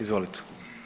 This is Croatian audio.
Izvolite.